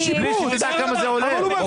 בלי שתדע כמה זה עולה?